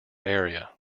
area